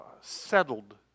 settled